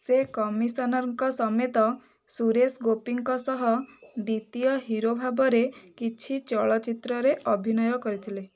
ସେ କମିଶନର୍ଙ୍କ ସମେତ ସୁରେଶ ଗୋପୀଙ୍କ ସହ ଦ୍ୱିତୀୟ ହିରୋ ଭାବରେ କିଛି ଚଳଚ୍ଚିତ୍ରରେ ଅଭିନୟ କରିଥିଲେ